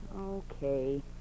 Okay